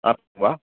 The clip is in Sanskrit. आपणं वा